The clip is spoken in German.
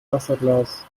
wasserglas